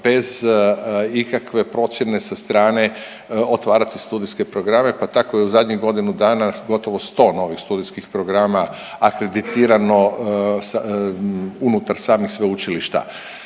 bez ikakve procjene sa strane otvarati studijske programe, pa tako i u zadnjih godinu dana gotovo 100 novih studijskih programa akreditirano unutar samih sveučilišta.